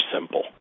simple